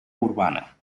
urbana